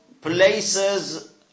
places